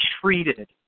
treated